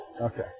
Okay